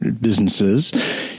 businesses